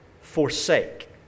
forsake